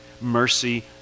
mercy